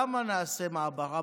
למה נעשה מעברה?